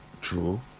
True